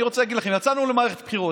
אני רוצה להגיד לכם: יצאנו למערכת בחירות,